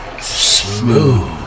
smooth